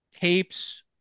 tapes